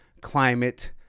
climate